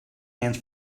hands